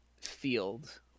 field